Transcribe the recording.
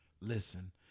listen